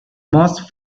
moist